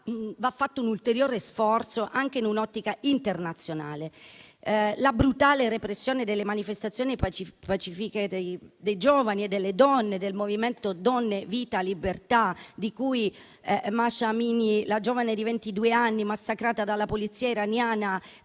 va fatto un ulteriore sforzo anche in un'ottica internazionale. La brutale repressione delle manifestazioni pacifiche dei giovani e delle donne del movimento Donne, vita, libertà di cui Mahsa Amini, la giovane di ventidue anni massacrata dalla polizia iraniana